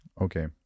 Okay